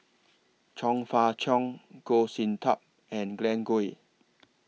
Chong Fah Cheong Goh Sin Tub and Glen Goei